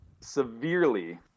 severely